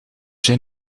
zijn